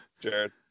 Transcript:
Jared